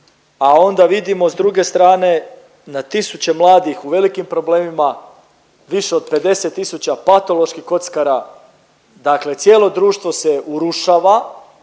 a onda vidimo s druge strane na tisuće mladih u velikim problemima više od 50 000 patoloških kockara. Dakle, cijelo društvo se urušava